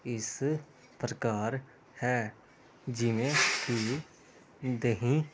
ਇਸ ਪ੍ਰਕਾਰ ਹੈ ਜਿਵੇਂ ਕਿ ਦਹੀਂ